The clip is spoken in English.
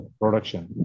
production